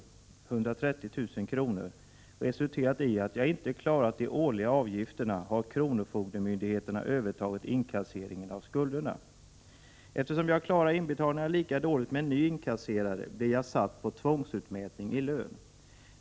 130 000) resulterat i att jag inte klarat de årliga avgifterna, har kronofogdemyndigheten övertagit inkasseringen av skulderna. Eftersom jag klarar inbetalningarna lika dåligt med ny inkasserare, blir jag satt på tvångsutmätning i lön.